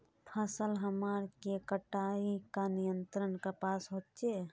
फसल हमार के कटाई का नियंत्रण कपास होचे?